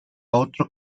otro